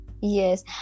Yes